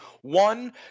One